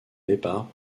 départ